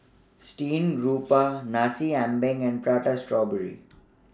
Steamed Garoupa Nasi Ambeng and Prata Strawberry